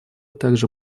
также